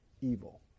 evil